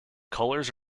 colours